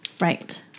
right